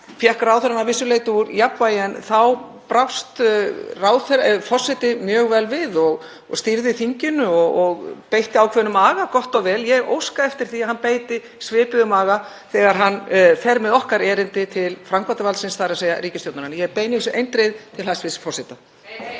kom ráðherranum að vissu leyti úr jafnvægi, en þá brást forseti mjög vel við og stýrði þinginu og beitti ákveðnum aga. Gott og vel. Ég óska eftir því að hann beiti svipuðum aga þegar hann fer með okkar erindi til framkvæmdarvaldsins, þ.e. ríkisstjórnarinnar. Ég beini því eindregið til hæstv. forseta.